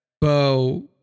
Bo